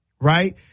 right